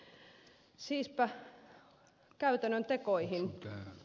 siispä käytännön tekoihin